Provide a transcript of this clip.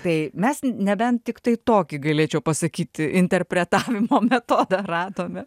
tai mes nebent tiktai tokį galėčiau pasakyti interpretavimo metodą radome